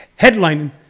headlining